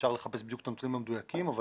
אפשר לחפש את הנתונים המדויקים אבל